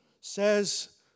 says